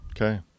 Okay